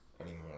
anymore